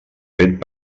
fet